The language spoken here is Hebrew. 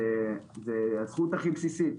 זו האיכות הכי בסיסית.